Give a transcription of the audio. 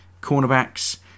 cornerbacks